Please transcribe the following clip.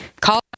call